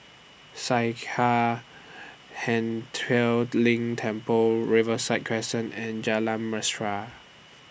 Sakya Ling Temple Riverside Crescent and Jalan Mesra